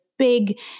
big